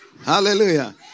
Hallelujah